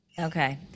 Okay